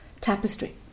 tapestry